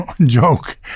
joke